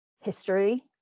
history